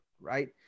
right